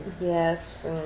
Yes